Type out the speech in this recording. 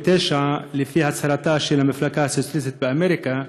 1909 לפי הצהרתה של המפלגה הסוציאליסטית באמריקה,